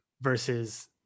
Versus